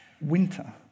Winter